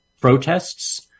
protests